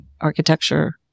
architecture